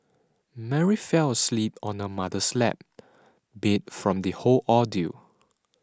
Mary fell asleep on her mother's lap beat from the whole ordeal